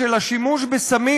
שמי שמשפיל אותנו,